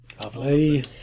Lovely